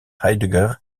heidegger